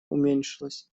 уменьшилось